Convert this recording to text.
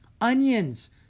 Onions